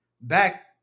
back